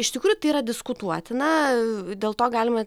iš tikrųjų tai yra diskutuotina dėl to galima